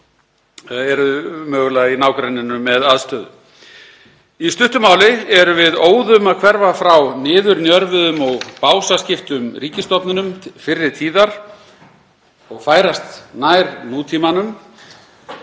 sem eru mögulega í nágrenninu með aðstöðu. Í stuttu máli erum við óðum að hverfa frá niðurnjörvuðum og básaskiptum ríkisstofnunum fyrri tíðar og færast nær nútímanum.